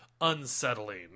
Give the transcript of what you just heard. unsettling